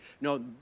no